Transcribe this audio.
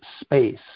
space